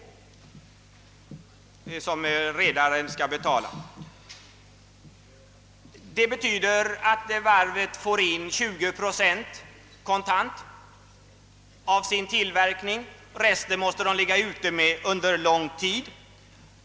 Detta betyder att varven får in kontant betalning på 20 procent av sin tillverkning. Resten måste de ligga ute med i lång tid.